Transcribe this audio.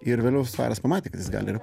ir vėliau svaras pamatė kad jis gali ir